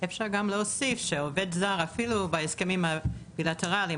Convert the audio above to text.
אפשר גם להוסיף שעובד זר אפילו בהסכמים הבילטרליים,